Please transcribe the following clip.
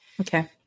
okay